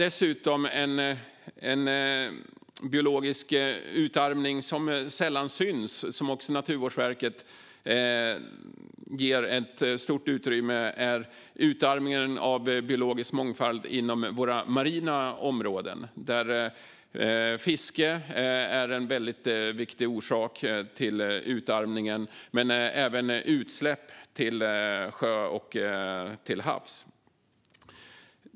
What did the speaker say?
En biologisk utarmning som sällan syns, och som också Naturvårdsverket ger stort utrymme, är utarmningen av biologisk mångfald inom våra marina områden. Fiske är en väldigt viktig orsak till utarmningen men även utsläpp till sjöss och till havs.